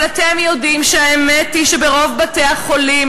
אבל אתם יודעים שהאמת היא שברוב בתי-החולים